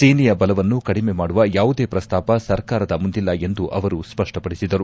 ಸೇನೆಯ ಬಲವನ್ನು ಕಡಿಮೆ ಮಾಡುವ ಯಾವುದೇ ಪ್ರಸ್ತಾಪ ಸರ್ಕಾರದ ಮುಂದಿಲ್ಲ ಎಂದು ಅವರು ಸ್ಪಷ್ಟಪಡಿಸಿದರು